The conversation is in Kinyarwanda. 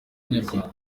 inyarwanda